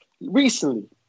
recently